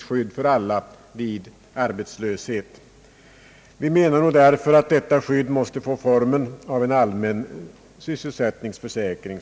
skydd för alla vid arbetslöshet. Vi menar därför att detta skydd så småningom måste få formen av en allmän sysselsättningsförsäkring.